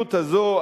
הפעילות הזאת,